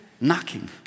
knocking